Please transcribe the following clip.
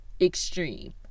extreme